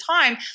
time